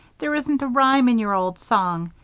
there isn't a rhyme in your old song.